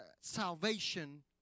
salvation